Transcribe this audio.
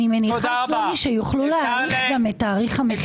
אני מניחה שיוכלו להאריך את תאריך המכירה.